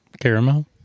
Caramel